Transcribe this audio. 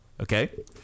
okay